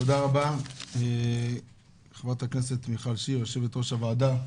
תודה רבה לחברת הכנסת מיכל שיר, יושבת ראש הועדה.